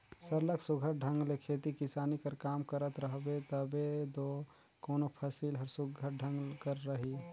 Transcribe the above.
सरलग सुग्घर ढंग ले खेती किसानी कर काम करत रहबे तबे दो कोनो फसिल हर सुघर ढंग कर रही